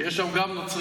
שיש בהם גם נוצרים,